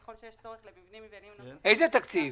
ככל שיש צורך במבנים יבילים --- איזה תקציב?